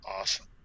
awesome